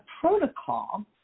protocol